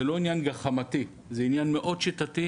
זה לא עניין גחמתי, זה עניין מאוד שיטתי.